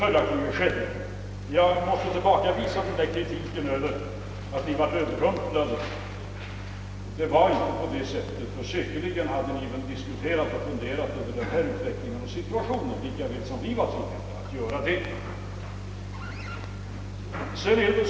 Följaktligen skedde detta. Jag måste tillbakavisa kritiken över att ni blev överrumplade. Det var inte på det sättet, ty säkerligen hade ni diskuterat och funderat över denna utveckling lika väl som vi var tvingade att göra det.